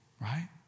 right